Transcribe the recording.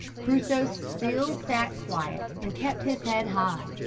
crusoe still sat quiet and kept his head high,